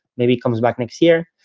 maybe comes back next year.